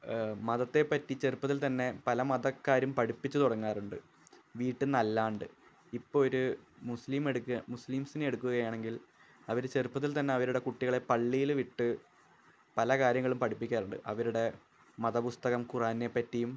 മതത്തെ പറ്റി ചെറുപ്പത്തത്തിൽത്തന്നെ പല മതക്കാരും പഠിപ്പിച്ചുതുടങ്ങാറുണ്ട് വീട്ടിന്നല്ലാണ്ട് ഇപ്പോള് ഒരു മുസ്ലിം എടുക്കുക മുസ്ളീംസിനെ എടുക്കുകയാണെങ്കിൽ അവര് ചെറുപ്പത്തിൽത്തന്നെ അവരുടെ കുട്ടികളെ പള്ളിയില് വിട്ട് പല കാര്യങ്ങളും പഠിപ്പിക്കാറുണ്ട് അവരുടെ മത പുസ്തകം ഖുറാനേപ്പറ്റിയും